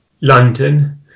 London